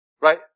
Right